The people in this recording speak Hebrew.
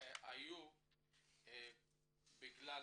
היו בגלל